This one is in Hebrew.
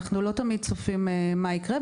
אנחנו לא תמיד צופים מה יקרה.